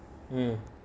um